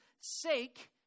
sake